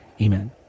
Amen